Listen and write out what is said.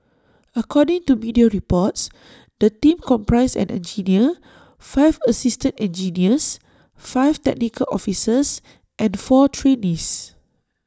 according to media reports the team comprised an engineer five assistant engineers five technical officers and four trainees